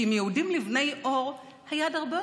כן, זה אבסורד, באמת.